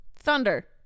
Thunder